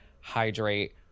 hydrate